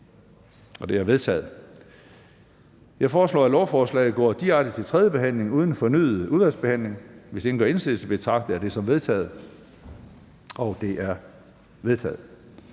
Det er vedtaget. Jeg foreslår, at lovforslaget går direkte til tredje behandling uden fornyet udvalgsbehandling. Hvis ingen gør indsigelse, betragter jeg det som vedtaget. Det er vedtaget.